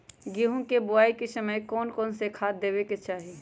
गेंहू के बोआई के समय कौन कौन से खाद देवे के चाही?